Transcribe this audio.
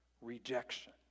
rejection